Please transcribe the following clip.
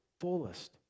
fullest